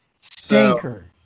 Stinker